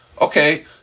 Okay